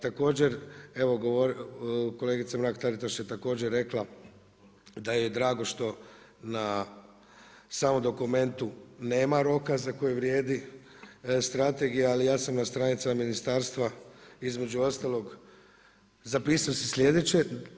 Također evo kolegica Mrak-Taritaš je također rekla da joj je drago što na samom dokumentu nema roka za koji vrijedi strategija ali ja sam na stranicama Ministarstva između ostalog zapisao si sljedeće.